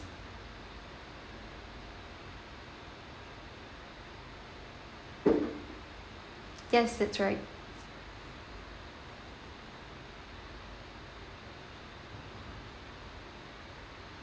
yes that's right